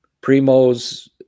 Primo's